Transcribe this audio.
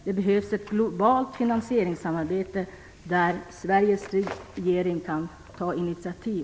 Det behövs ett globalt finansieringssamarbete där Sveriges regering kan ta initiativ.